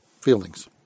feelings